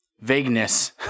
vagueness